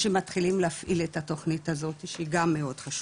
שמתחילים להפעיל את התוכנית הזאתי שהיא גם מאוד חשובה.